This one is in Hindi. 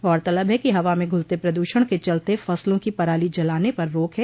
गौरतलब है कि हवा में घुलते प्रदूषण के चलते फसलों की पराली जलाने पर रोक है